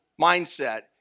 mindset